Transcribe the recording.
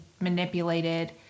manipulated